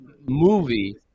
movie